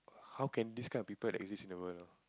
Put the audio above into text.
how can this kind of people exist in the world of